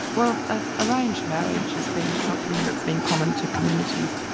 well ah arranged marriage has been something that's been common to communities,